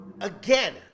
again